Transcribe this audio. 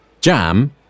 Jam